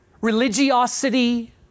religiosity